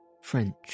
French